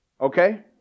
Okay